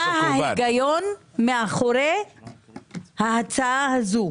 מהו ההיגיון מאחורי ההצעה הזו?